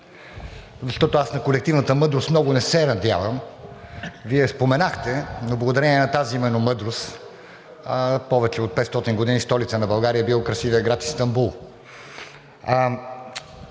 защото аз на колективната мъдрост много не се надявам. Вие я споменахте, но благодарение на тази именно мъдрост повече от 500 години столица на България е бил красивият град Истанбул.